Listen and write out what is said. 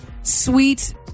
sweet